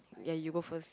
ya you go first